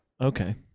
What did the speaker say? Okay